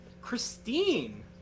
Christine